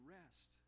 rest